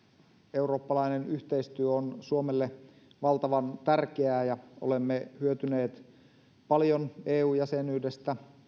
eurooppalainen yhteistyö on suomelle valtavan tärkeää ja olemme hyötyneet paljon eu jäsenyydestä